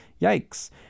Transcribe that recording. yikes